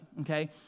okay